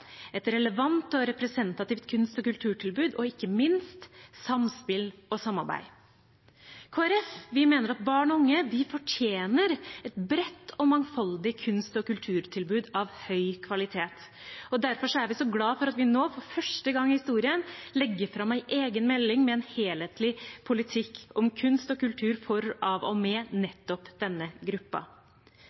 et relevant og representativt kunst- og kulturtilbud og ikke minst samspill og samarbeid. Vi i Kristelig Folkeparti mener at barn og unge fortjener et bredt og mangfoldig kunst- og kulturtilbud av høy kvalitet, og derfor er vi så glade for at vi nå – for første gang i historien – legger fram en egen melding med en helhetlig politikk om kunst og kultur for, av og med nettopp denne